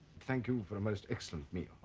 thank you for a most excellent meal.